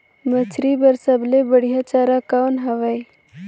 मछरी बर सबले बढ़िया चारा कौन हवय?